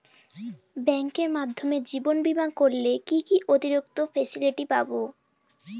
ব্যাংকের মাধ্যমে জীবন বীমা করলে কি কি অতিরিক্ত ফেসিলিটি পাব?